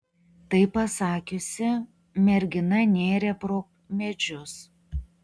tai pasakiusi mergina nėrė pro medžius